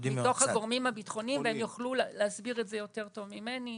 מתוך הגורמים הביטחוניים והם יוכלו להסביר את זה יותר טוב ממני.